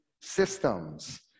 systems